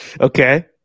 Okay